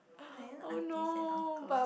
those like you know aunties and uncles